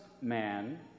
man